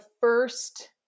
first